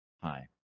hi